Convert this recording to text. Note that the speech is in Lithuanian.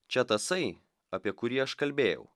čia tasai apie kurį aš kalbėjau